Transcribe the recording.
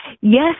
Yes